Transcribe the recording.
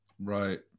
Right